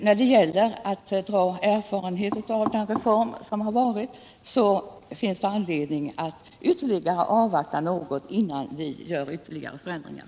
När det gäller att dra erfarenhet av det som har varit finns det anledning att avvakta något innan vi gör ytterligare förändringar.